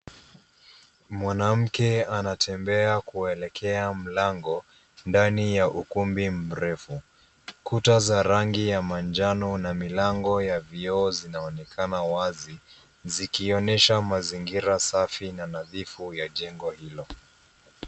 Mwanamke anatembea kuelekea mlango ndani ya ukumbi mrefu, kuta za rangi ya manjano na milango ya vioo zinaonekan wazi zikionyesha mazingira safi na nadhifu ya jengo hilo.